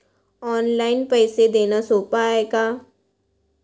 Online पैसे देण सोप हाय का?